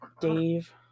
Dave